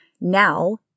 now